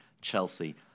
Chelsea